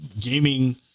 gaming